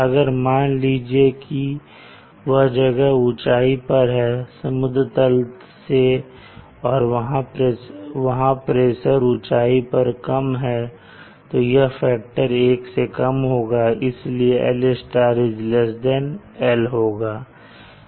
अगर मान लीजिए कि वह जगह ऊंचाई पर है समुद्र तल से और वहां प्रेशर ऊंचाई पर कम है तो यह फैक्टर 1 से कम होगा और इसलिए l l होगा